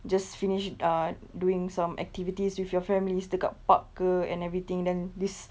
just finished err doing some activities with your families dekat park ke and everything then this